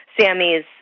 Sammy's